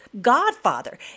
Godfather